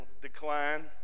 decline